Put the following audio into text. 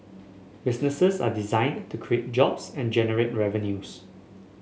businesses are designed to create jobs and generate revenues